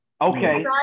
Okay